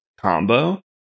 combo